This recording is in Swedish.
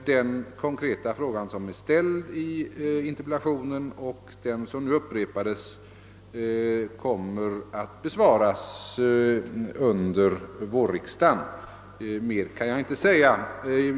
Den konkreta fråga som ställts i interpellationen och som nu upprepats kommer att besvaras under vårriksdagen. Mer kan jag inte säga nu.